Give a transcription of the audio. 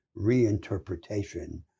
reinterpretation